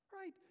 Right